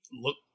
look